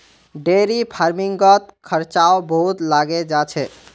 dairy फ़ार्मिंगत खर्चाओ बहुत लागे जा छेक